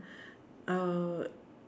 uh